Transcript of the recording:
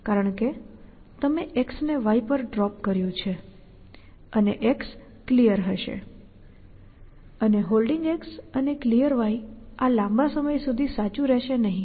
કારણ કે તમે X ને Y પર ડ્રોપ કર્યું છે અને X Clear હશે અને Holding અને Clear આ લાંબા સમય સુધી સાચું રહેશે નહીં